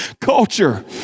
culture